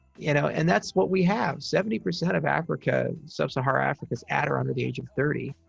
you know? and that's what we have. seventy percent of africa, sub-saharan africa, is at or under the age of thirty,